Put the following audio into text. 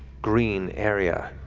green area,